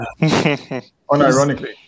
Unironically